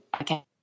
okay